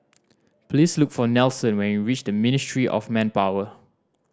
please look for Nelson when you reach Ministry of Manpower